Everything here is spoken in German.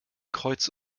kreuz